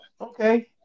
Okay